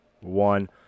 one